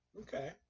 Okay